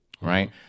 right